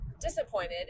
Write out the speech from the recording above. disappointed